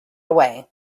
away